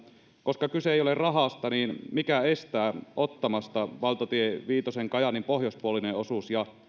koska kyse ei ole rahasta niin mikä estää ottamasta valtatie viitosen kajaanin pohjoispuolisen osuuden ja